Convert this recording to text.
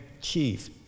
chief